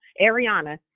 Ariana